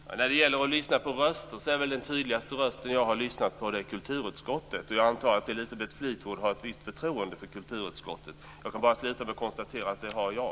Herr talman! När det gäller att lyssna på röster är väl den tydligaste rösten som jag har lyssnat på kulturutskottets, och jag antar att Elisabeth Fleetwood har ett visst förtroende för kulturutskottet. Jag kan bara avsluta med att konstatera att det har jag.